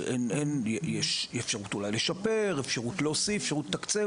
אולי יש אפשרות לשפר, אפשרות להוסיף, אפשרות לתקצב